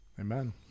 amen